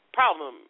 problem